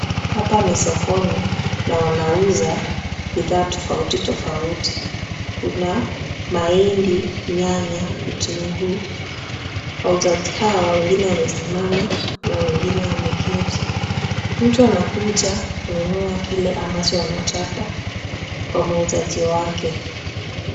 Hapa ni sokoni na wanauza bidhaa tofauti tofauti. Kuna mahindi, nyanya, kitunguu. Wauzaji hawa wengine wamesimama na wengine wameketi. Mtu anakuja kununua kile ambacho anataka kwa muuzaji wake.